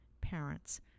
parents